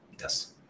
yes